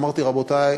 אמרתי: רבותי,